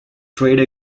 trade